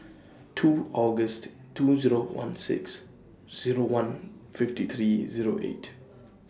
two August two Zero one six Zero one fifty three Zero eight